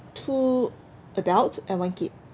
two adults and one kid